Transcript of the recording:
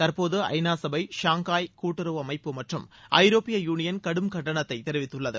தற்போது ஐநா சபை ஷாங்காய் கூட்டுறவு அமைப்பு மற்றும் ஐரோப்பிய யூளியன் கடும் கண்டனத்தை தெரிவித்துள்ளது